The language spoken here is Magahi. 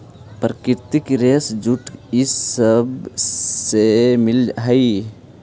प्राकृतिक रेशा जूट इ सब से मिल हई